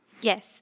yes